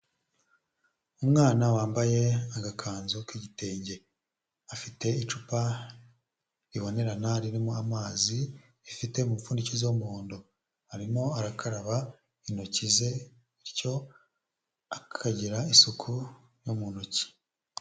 Umwana wambaye agakanzu k'igitenge afite icupa ribonerana ririmo amazi rifite umupfundikizo w'umuhondo, arimo arakaraba intoki ze bityo akagira isuku yo mu ntoki.